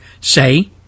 say